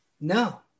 No